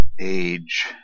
age